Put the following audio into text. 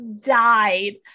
died